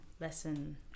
lesson